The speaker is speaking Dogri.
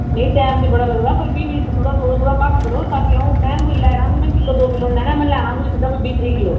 नेईं टैम ते बड़ा लगदा पर फ्ही बी थोह्ड़ा थोह्ड़ा थोह्ड़ा घट्ट करो ताकि अ'ऊं मैं कोई लैना ते मैं कोई किल्लो दो किल्लो नि लैना मैं लैना कोई सिद्धा कोई बीह् त्रीह् किल्लो